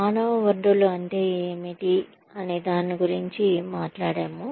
మానవ వనరులు అంటే ఏమిటి అనే దాని గురించి మాట్లాడాము